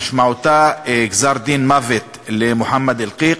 משמעותה גזר-דין מוות למוחמד אלקיק.